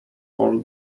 for